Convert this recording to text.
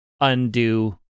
undo